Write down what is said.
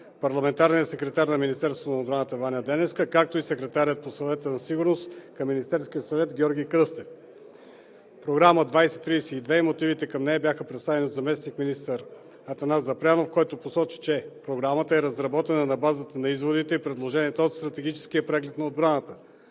парламентарният секретар на Министерството на отбраната Ваня Деневска, както и секретарят на Съвета по сигурността към Министерския съвет Георги Кръстев. Програма 2032 и мотивите към нея бяха представени от заместник-министър Атанас Запрянов, който посочи, че Програма 2032 е разработена на база изводите и предложенията от Стратегическия преглед на отбраната.